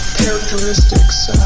characteristics